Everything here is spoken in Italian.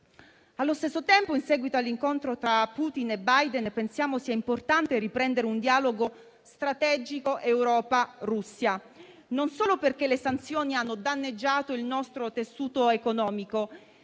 Allo stesso tempo, in seguito all'incontro tra Putin e Biden, pensiamo sia importante riprendere un dialogo strategico Europa-Russia, non solo perché le sanzioni hanno danneggiato il nostro tessuto economico,